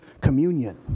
communion